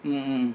mm mm